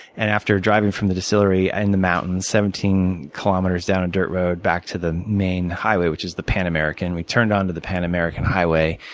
and after driving from the distillery and the mountains, seventeen kilometers down a dirt road back to the main highway, which is the pan american, we turned onto the pan american highway.